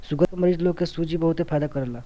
sugar के मरीज लोग के सूजी बहुते फायदा करेला